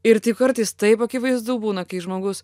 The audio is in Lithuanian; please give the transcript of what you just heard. ir tai kartais taip akivaizdu būna kai žmogus